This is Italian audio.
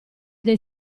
dei